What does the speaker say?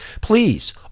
Please